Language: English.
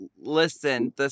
listen